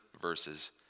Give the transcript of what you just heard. verses